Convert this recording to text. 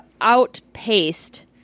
outpaced